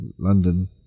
London